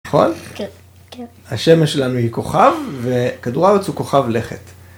נכון, השמש שלנו היא כוכב וכדור הארץ הוא כוכב לכת.